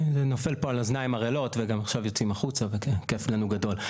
אם זה נופל פה על אוזניים ערלות וגם עכשיו יוצאים החוצה וכיף לנו גדול.